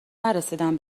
نرسیدم